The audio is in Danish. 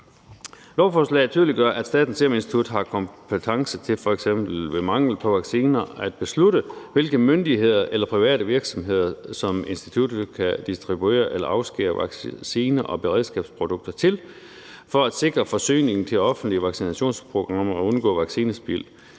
Lovforslaget tydeliggør, at Statens Serum Institut har kompetence til f.eks. ved mangel på vacciner at beslutte, hvilke myndigheder eller private virksomheder som instituttet kan distribuere eller afskære vacciner og beredskabsprodukter til for at sikre forsyningen til offentlige vaccinationsprogrammer og undgå vaccinespild.